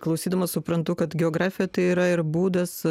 klausydamas suprantu kad geografija tai yra ir būdas